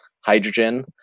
hydrogen